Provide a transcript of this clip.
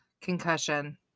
Concussion